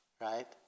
right